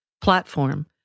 platform